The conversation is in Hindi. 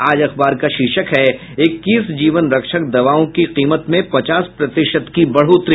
आज अखबार का शीर्षक है इक्कीस जीवन रक्षक दवाओं की कीमत में पचास प्रतिशत की बढ़ोतरी